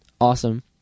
Awesome